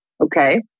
Okay